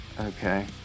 Okay